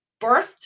birthed